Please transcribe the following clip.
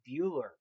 bueller